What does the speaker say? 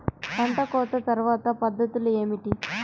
పంట కోత తర్వాత పద్ధతులు ఏమిటి?